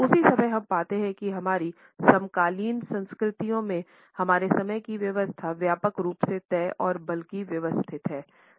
उसी समय हम पाते हैं कि हमारी समकालीन संस्कृतियों में हमारे समय की व्यवस्था व्यापक रूप से तय और बल्कि व्यवस्थित है